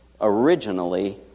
originally